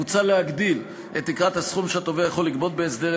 מוצע להגדיל את תקרת הסכום שהתובע יכול לגבות בהסדר,